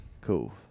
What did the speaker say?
Cool